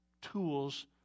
tools